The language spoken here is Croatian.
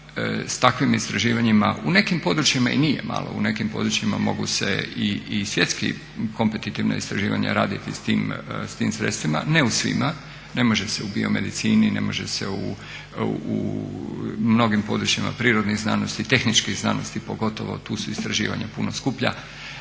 S takvim istraživanjima, u nekim područjima i nije malo, u nekim područjima mogu se i svjetska kompetitivna istraživanja raditi s tim sredstvima. Ne u svima, ne može se u biomedicini, ne može se u mnogim područjima prirodnih znanosti, tehničkih znanosti pogotovo. Tu su istraživanja puno skuplja.